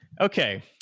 Okay